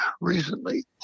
recently